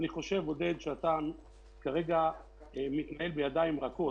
עודד, אני חושב שאתה כרגע מתנהל בידיים רכות.